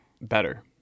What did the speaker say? better